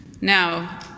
Now